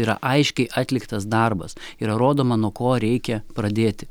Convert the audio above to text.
yra aiškiai atliktas darbas yra rodoma nuo ko reikia pradėti